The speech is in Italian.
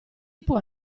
può